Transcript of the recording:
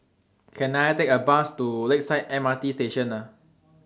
Can I Take A Bus to Lakeside M R T Station